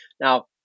Now